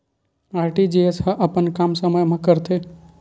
RTGS ह अपन काम समय मा करथे?